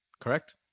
Correct